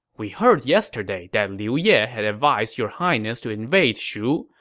we heard yesterday that liu ye had advised your highness to invade shu,